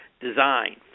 design